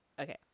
Okay